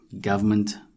government